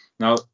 Now